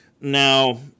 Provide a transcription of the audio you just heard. Now